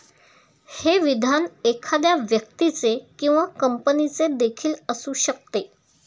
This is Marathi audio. हे विधान एखाद्या व्यक्तीचे किंवा कंपनीचे देखील असू शकते